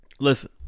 Listen